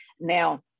Now